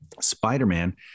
Spider-Man